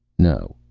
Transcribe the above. no.